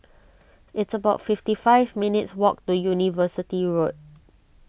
it's about fifty five minutes' walk to University Road